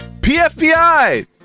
PFBI